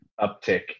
uptick